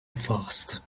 fast